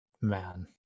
man